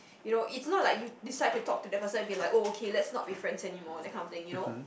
you know it's not like you decide to talk to that person and be like oh okay let's not be friends anymore that kind of thing you know